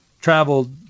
traveled